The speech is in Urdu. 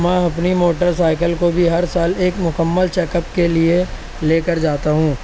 میں اپنی موٹر سائیکل کو بھی ہر سال ایک مکمل چیک اپ کے لئے لے کر جاتا ہوں